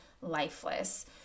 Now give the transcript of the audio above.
lifeless